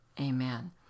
Amen